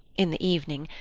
in the evening,